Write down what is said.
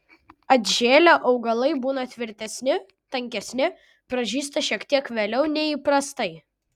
atžėlę augalai būna tvirtesni tankesni pražysta šiek tiek vėliau nei įprastai